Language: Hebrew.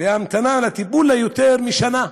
המתנה לטיפול היא יותר משנה.